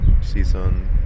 season